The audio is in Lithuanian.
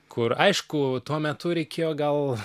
kur aišku tuo metu reikėjo gal